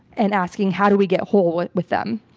and asking, how do we get whole with them?